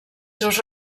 seus